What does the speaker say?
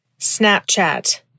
Snapchat